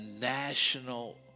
national